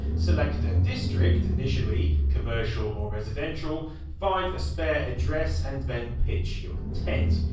select a district, initially commercial or residential, find a spare address and then pitch your tent.